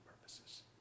purposes